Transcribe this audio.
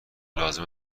لازم